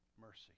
Mercy